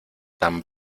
tan